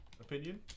opinion